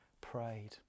prayed